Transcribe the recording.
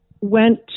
Went